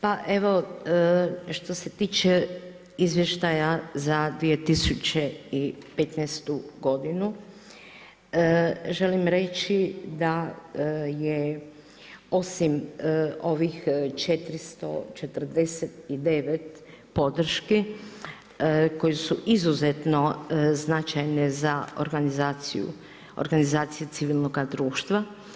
Pa evo što se tiče izvještaja za 2015. godinu želim reći da je osim ovih 449 podrški koje su izuzetno značajne za organizacije civilnoga društva.